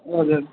हजुर